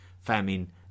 famine